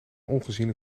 ongeziene